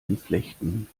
entflechten